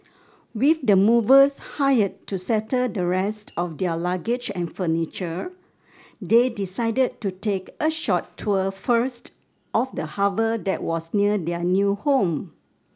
with the movers hired to settle the rest of their luggage and furniture they decided to take a short tour first of the harbour that was near their new home